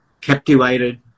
Captivated